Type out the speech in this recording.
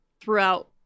throughout